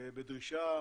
בדרישה